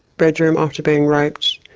bedroom after being raped,